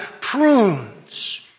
prunes